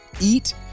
eat